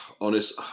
Honest